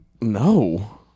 No